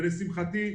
ולשמחתי,